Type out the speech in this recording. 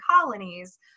colonies